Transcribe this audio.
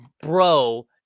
bro